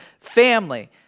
family